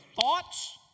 thoughts